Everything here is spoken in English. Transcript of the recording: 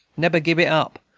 nebber gib it up!